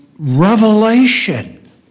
Revelation